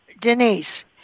Denise